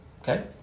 Okay